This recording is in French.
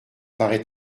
paraît